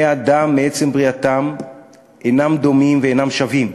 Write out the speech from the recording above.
בני-האדם מעצם בריאתם אינם דומים ואינם שווים,